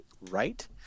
Right